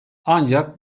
ancak